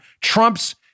Trump's